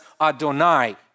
Adonai